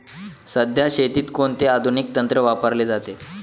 सध्या शेतीत कोणते आधुनिक तंत्र वापरले जाते?